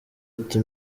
ati